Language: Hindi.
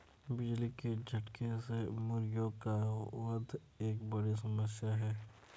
बिजली के झटके से मुर्गियों का वध एक बड़ी समस्या है